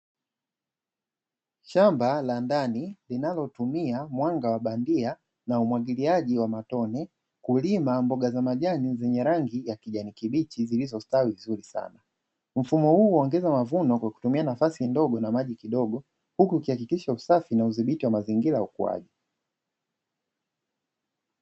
Shamba la ndani linalotumia mwanga wa bandia na umwagiliaji wa matone, kulima mboga za majani zenye rangi ya kijani kibichi zilizostawi vizuri sana, mfumo huu huongeza mavuno kwa kutumia nafasi ndogo na maji kidogo huku ikihakikisha usafi na uthibiti wa mazingira ya ukuaji.